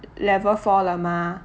level four 了 mah